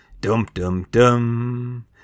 Dum-dum-dum